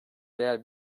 değer